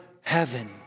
heaven